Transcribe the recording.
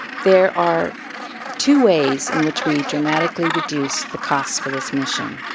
there are two ways in which we dramatically reduce the cost for this mission.